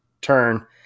turn